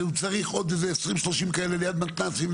והוא צריך עוד איזה עשרים או שלושים כאלה ליד מתנ"סים,